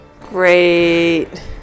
great